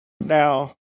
now